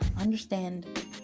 understand